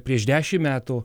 prieš dešim metų